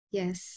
yes